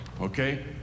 okay